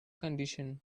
condition